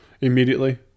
immediately